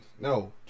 no